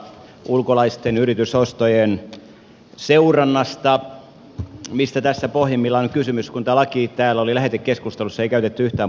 ulkolaisten yritysostojen seurannasta mistä tässä pohjimmillaan on kysymys kun tämä laki täällä oli lähetekeskustelussa ei käytetty yhtään puheenvuoroa